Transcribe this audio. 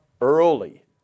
early